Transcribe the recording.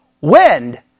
Wind